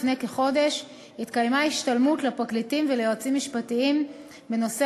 לפני כחודש התקיימה השתלמות לפרקליטים ויועצים משפטיים בנושא